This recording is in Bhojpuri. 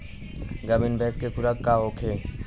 गाभिन भैंस के खुराक का होखे?